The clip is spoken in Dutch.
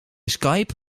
skype